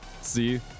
see